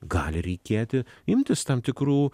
gali reikėti imtis tam tikrų